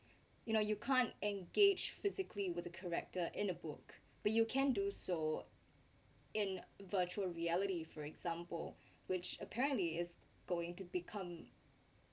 you know you can't engage physically with a character in a book but you can do so in virtual reality for example which apparently is going to become